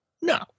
no